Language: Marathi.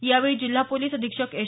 यावेळी जिल्हा पोलीस अधीक्षक एस